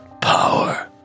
power